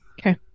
Okay